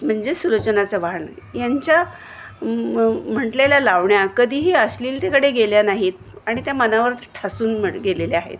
म्हणजेच सुलोचना चव्हाण यांच्या म्हटलेल्या लावण्या कधीही अश्लीलतेकडे गेल्या नाहीत आणि त्या मनावर ठसून म गेलेल्या आहेत